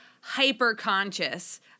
hyper-conscious